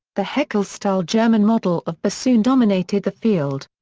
the heckel-style german model of bassoon dominated the field.